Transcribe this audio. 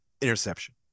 interception